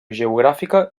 geogràfica